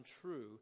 true